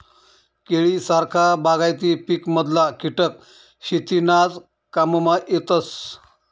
केळी सारखा बागायती पिकमधला किटक शेतीनाज काममा येतस